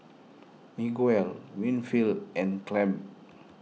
Miguel Winfield and Clabe